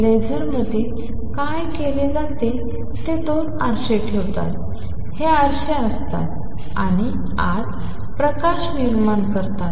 लेझरमध्ये काय केले जाते ते दोन आरसे ठेवतात हे आरसे असतात आणि आत प्रकाश निर्माण करतात